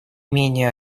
менее